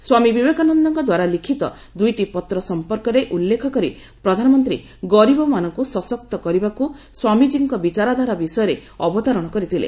ସ୍ୱାମୀ ବିବେକୋନନ୍ଦଙ୍କ ଦ୍ୱାର ଲିଖିତ ଦୁଇଟି ପତ୍ର ସମ୍ପର୍କରେ ଉଲ୍ଲେଖ କରି ପ୍ରଧାନମନ୍ତ୍ରୀ ଗରିବମାନଙ୍କୁ ସଶକ୍ତ କରିବାକୁ ସ୍ୱାମୀଜୀଙ୍କ ବିଚାରଧାରା ବିଷୟରେ ଅବତାରଣ କରିଥିଲେ